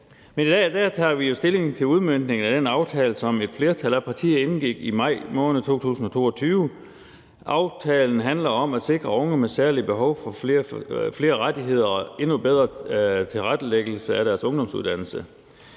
I dag tager vi jo stilling til udmøntningen af den aftale, som et flertal af partier indgik i maj måned 2022. Aftalen handler om at sikre unge med særlige behov flere rettigheder og endnu bedre tilrettelæggelse af deres ungdomsuddannelse.